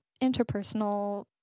interpersonal